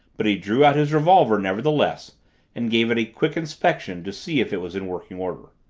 but he drew out his revolver nevertheless and gave it a quick inspection to see if it was in working order.